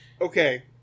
Okay